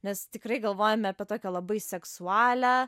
nes tikrai galvojame apie tokią labai seksualią